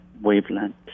wavelength